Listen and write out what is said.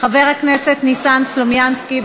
חבר הכנסת ניסן סלומינסקי.